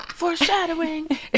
Foreshadowing